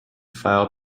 file